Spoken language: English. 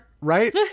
right